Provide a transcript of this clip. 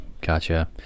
gotcha